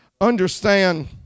understand